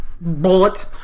Bullet